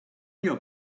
your